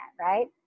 right